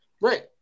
Right